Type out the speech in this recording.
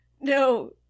No